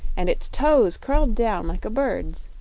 and its toes curled down, like a bird's.